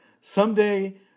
Someday